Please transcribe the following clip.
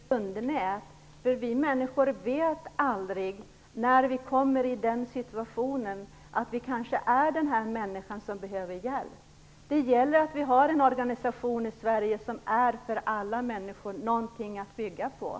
Fru talman! Det är ganska viktigt att det finns ett grundskydd. Vi människor vet aldrig när vi kommer i den situationen att vi kanske är den människa som behöver hjälp. Det gäller att vi har en organisation i Sverige som är någonting att bygga på för alla människor.